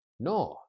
No